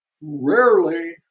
rarely